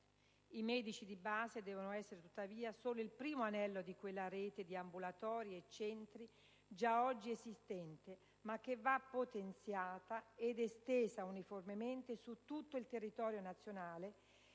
I medici di base devono essere tuttavia solo il primo anello di quella rete di ambulatori e centri già oggi esistente, ma che va potenziata e estesa uniformemente su tutto il territorio nazionale